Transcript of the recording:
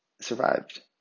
survived